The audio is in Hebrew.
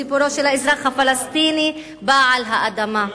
סיפורו של האזרח הפלסטיני בעל האדמה.